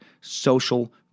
social